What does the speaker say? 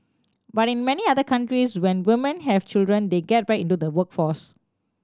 but in many other countries when women have children they get back into the workforce